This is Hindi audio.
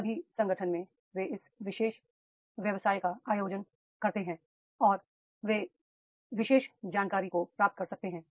सभी संगठन में वे इस विशेष व्यवसाय का आयोजन करते हैं और वे विशेष जानकारी को प्राप्त कर सकते हैं